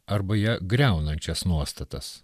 arba ją griaunančias nuostatas